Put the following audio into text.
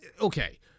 Okay